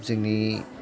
जोंनि